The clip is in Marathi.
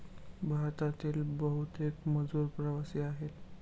भारतातील बहुतेक मजूर प्रवासी आहेत